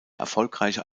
erfolgreiche